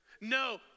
No